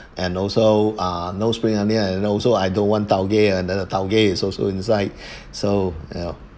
and also ah no spring onion and also I don't want taugeh and then the taugeh is also inside so you know